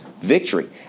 victory